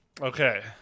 Okay